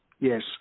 Yes